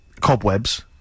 cobwebs